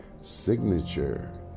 signature